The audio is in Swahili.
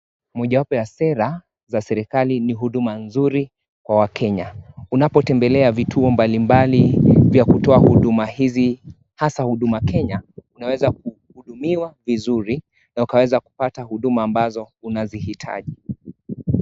Moja wapo ya sera za serikali ni huduma nzuri kwa wakenya . Unapotembelea vituo mbalimbali vya kutoa huduma hizi hasa huduma Kenya , unaweza kuhudumiwa vizuri na ukaweza kupata huduma ambazo unazihitaji.